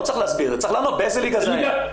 לא צריך להסביר, צריך לענות באיזו ליגה זה היה.